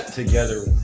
together